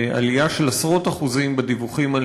ועלייה של עשרות אחוזים בדיווחים על